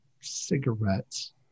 cigarettes